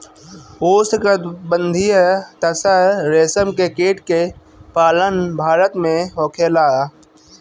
उष्णकटिबंधीय तसर रेशम के कीट के पालन भारत में होखेला